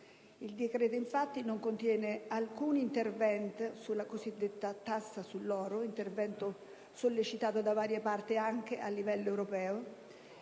Il decreto, infatti, non contiene alcun intervento sulla cosiddetta tassa sull'oro (intervento che è stato sollecitato da varie parti, anche a livello europeo),